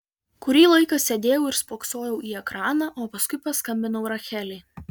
kurį laiką sėdėjau ir spoksojau į ekraną o paskui paskambinau rachelei